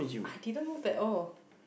I didn't move at all